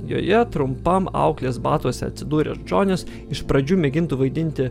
joje trumpam auklės batuose atsidūręs džonis iš pradžių mėgintų vaidinti